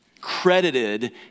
credited